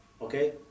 Okay